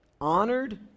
honored